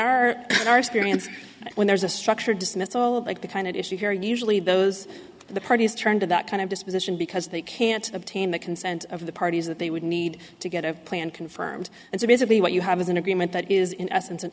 in our screens when there's a structured dismissal of like the kind of issue here usually those the parties turn to that kind of disposition because they can't obtain the consent of the parties that they would need to get a plan confirmed and so basically what you have is an agreement that is in essence an